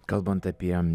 kalbant apie